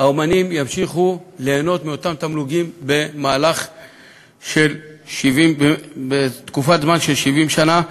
אמנים ימשיכו ליהנות מאותם תמלוגים בתקופת זמן של 70 שנה.